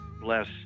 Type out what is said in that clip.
bless